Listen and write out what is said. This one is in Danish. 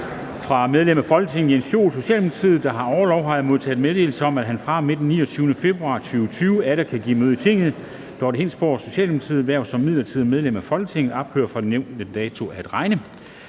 Fra medlem af Folketinget Jens Joel, der har orlov, har jeg modtaget meddelelse om, at han fra og med den 29. februar 2020 atter kan give møde i Tinget. Dorthe Hindborgs hverv som midlertidigt medlem af Folketinget ophører fra nævnte dato at regne.